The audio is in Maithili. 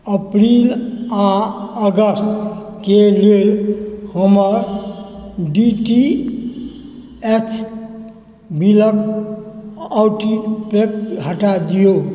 अप्रिल आ अगस्तके लेल हमर डी टी एच बिलक ऑटो पे हटा दिऔ